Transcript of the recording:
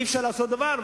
אי-אפשר לעשות דבר,